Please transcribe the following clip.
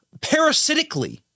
parasitically